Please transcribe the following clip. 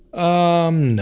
um,